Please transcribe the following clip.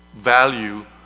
value